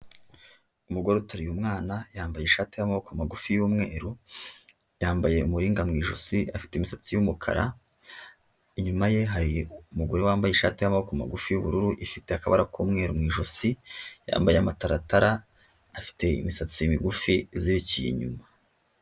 Umugore uteruye umwana yambaye ishati y'amaboko magufi y'umweru, yambaye umuringa mu ijosi, afite imisatsi y'umukara, inyuma ye hari umugore wambaye ishati y'amaboko magufi y'ubururu ifite akabara k'umweru mu ijosi, yambaye amataratara afite imisatsi migufi izirikiye inyuma.